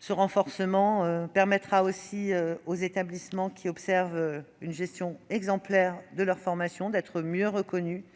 Ce renforcement permettra aux établissements qui observent une gestion exemplaire de leurs formations d'être mieux reconnus. C'est